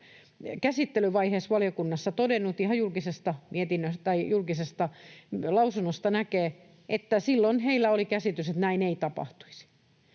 käsittelyvaiheessa valiokunnassa todennut, minkä ihan julkisesta lausunnosta näkee, että silloin heillä oli käsitys, että näin ei tapahtuisi.